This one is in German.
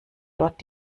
dort